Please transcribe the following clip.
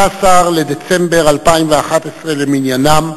14 בדצמבר 2011 למניינם.